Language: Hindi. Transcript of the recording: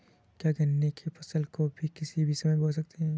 क्या गन्ने की फसल को किसी भी समय बो सकते हैं?